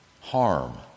harm